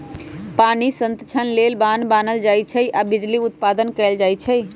पानी संतक्षण लेल बान्ह बान्हल जाइ छइ आऽ बिजली उत्पादन कएल जाइ छइ